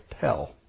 tell